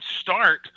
start